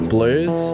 Blues